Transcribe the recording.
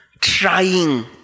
Trying